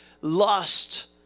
lust